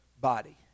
body